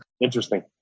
Interesting